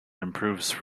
improves